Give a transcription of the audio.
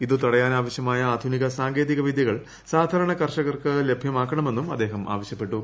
ഇത് തടയാനാവശ്യമായ ആധുനിക സാങ്കേതിക ് വിദ്യകൾ സാധാരണ കർഷകർക്ക് ലഭ്യമാക്കണമെന്നും അദ്ദേഹം ആവശ്യപ്പെട്ടു